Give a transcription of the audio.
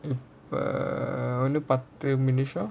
err இப்ப ஒன்னு பத்து நிமிஷம்:ippa onnu pathu nimisham